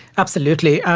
absolutely.